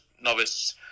novice